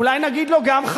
אולי נגיד לו גם,